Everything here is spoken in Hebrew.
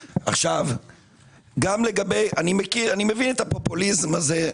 אני מבין את הפופוליזם הזה.